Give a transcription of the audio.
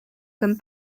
comme